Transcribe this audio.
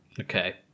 Okay